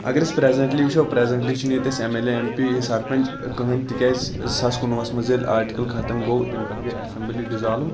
اَگَر أسۍ پریٚزنٹلی وٕچھو پریٚزنٹلی چھُ نہٕ اَسہِ ییٚتہِ M L A M P sarpanch کٕہٕنۍ تکیازِ زٕ ساس کُنوُہَس مَنٛز ییٚلہِ آٹِکل ختم گوٚو تمہ پَتہٕ گٔے ایٚسمبلی ڈِزالو